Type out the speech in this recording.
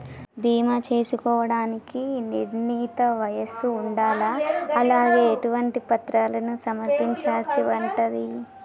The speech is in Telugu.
బీమా చేసుకోవడానికి నిర్ణీత వయస్సు ఉండాలా? అలాగే ఎటువంటి పత్రాలను సమర్పించాల్సి ఉంటది?